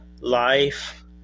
life